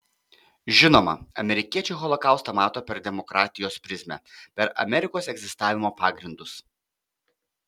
žinoma amerikiečiai holokaustą mato per demokratijos prizmę per amerikos egzistavimo pagrindus